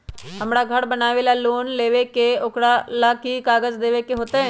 हमरा घर बनाबे ला लोन लेबे के है, ओकरा ला कि कि काग़ज देबे के होयत?